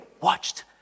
watched